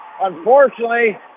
Unfortunately